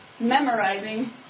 memorizing